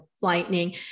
lightning